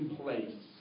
place